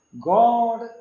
God